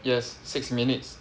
yes six minutes